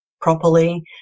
properly